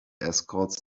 escorts